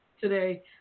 today